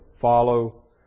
Follow